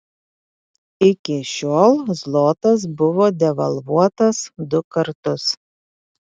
iki šiol zlotas buvo devalvuotas du kartus